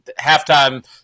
halftime